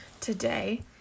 today